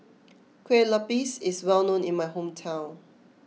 Kue Lupis is well known in my hometown